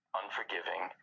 unforgiving